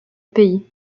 pays